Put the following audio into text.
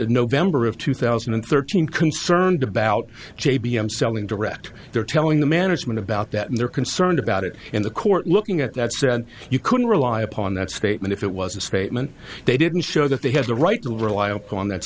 november of two thousand and thirteen concerned about j b i'm selling direct they're telling the management about that and they're concerned about it and the court looking at that said you couldn't rely upon that statement if it was a statement they didn't show that they have the right to rely upon that